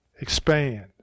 expand